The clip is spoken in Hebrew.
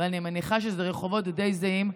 ואני מניחה שאלו רחובות די זהים,